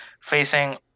facing